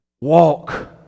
walk